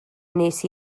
wnes